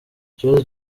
ikibazo